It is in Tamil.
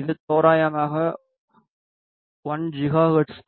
இது தோராயமாக 1 ஜிகாஹெர்ட்ஸ் ஆகும்